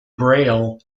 braille